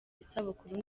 isabukuru